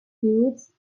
hughes